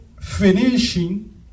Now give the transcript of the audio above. finishing